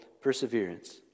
perseverance